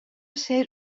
ser